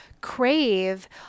crave